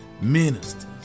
Ministers